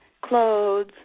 clothes